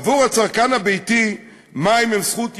עבור הצרכן הביתי מים הם זכות יסוד,